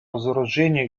разоружению